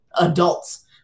adults